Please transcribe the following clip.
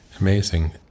Amazing